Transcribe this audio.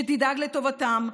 שתדאג לטובתם,